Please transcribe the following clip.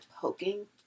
poking